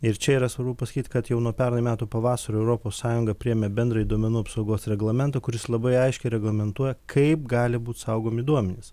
ir čia yra svarbu pasakyt kad jau nuo pernai metų pavasario europos sąjunga priėmė bendrąjį duomenų apsaugos reglamentą kuris labai aiškiai reglamentuoja kaip gali būt saugomi duomenys